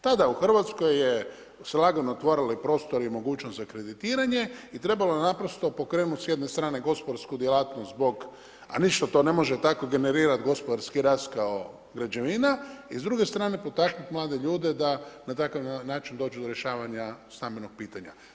Tada u RH su se lagano otvarali prostori i mogućnost za kreditiranje i trebalo ne naprosto pokrenut s jedne strane, gospodarsku djelatnost zbog, a ništa to ne može tako generirati gospodarski rast kao građevina i s druge strane, potaknuti mlade ljude da na takav način dođu do rješavanja stambenog pitanja.